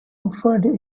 offered